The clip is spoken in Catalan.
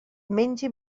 menja